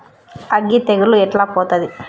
అగ్గి తెగులు ఎట్లా పోతది?